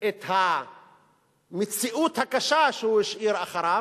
את המציאות הקשה שהוא השאיר אחריו.